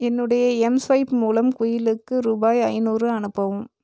என்னுடைய எம்ஸ்வைப் மூலம் குயிலுக்கு ரூபாய் ஐநூறு அனுப்பவும்